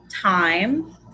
time